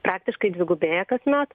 praktiškai dvigubėja kasmet